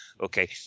Okay